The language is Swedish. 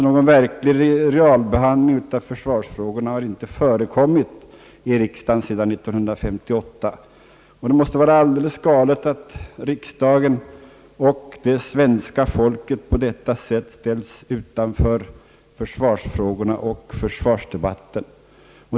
Någon realbehandling av försvarskostnaderna har alltså inte förekommit i riksdagen sedan 1958, och det måste vara alldeles galet att riksdagen och svenska folket på detta sätt ställes utanför försvarsfrågorna och försvarsdebatten.